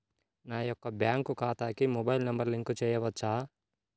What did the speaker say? నా యొక్క బ్యాంక్ ఖాతాకి మొబైల్ నంబర్ లింక్ చేయవచ్చా?